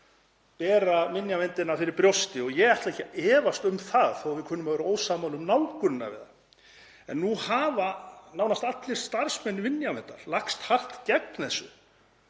bera minjaverndina fyrir brjósti og ég ætla ekki að efast um það þó að við kunnum að vera ósammála um nálgunina við það. En nú hafa nánast allir starfsmenn Minjastofnunar lagst hart gegn þessu